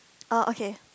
oh okay